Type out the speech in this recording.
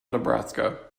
nebraska